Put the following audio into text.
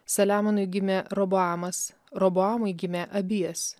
saliamonui gimė roboamas roboamui gimė abijas